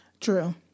True